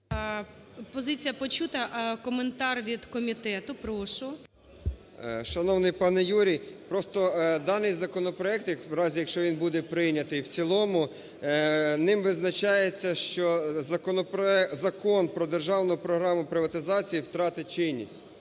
Позиція почута. Коментар від комітету, прошу. 11:45:25 ІВАНЧУК А.В. Шановний пане Юрій, просто даний законопроект в разі, якщо він буде прийнятий в цілому, ним визначається, що Закон про Державну програму приватизації втратить чинність.